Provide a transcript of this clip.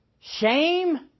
Shame